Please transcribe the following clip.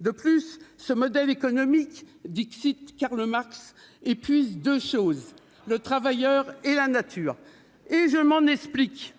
De plus, ce modèle économique, Karl Marx, épuise deux choses : le travailleur et la nature. Je m'en explique